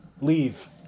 Leave